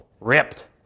Ripped